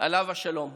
עליו השלום.